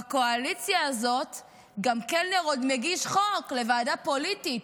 בקואליציה הזאת גם קלנר מגיש חוק לוועדה פוליטית,